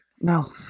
No